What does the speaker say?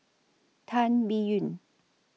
Tan Biyun